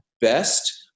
best